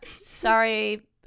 Sorry